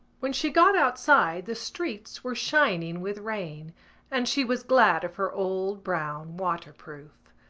when she got outside the streets were shining with rain and she was glad of her old brown waterproof.